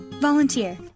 Volunteer